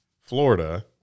Florida